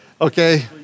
Okay